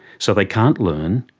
so they can't learn,